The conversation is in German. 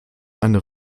eine